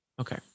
Okay